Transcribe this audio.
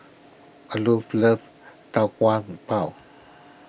Olof loves Tau Kwa Pau